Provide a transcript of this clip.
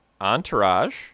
Entourage